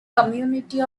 community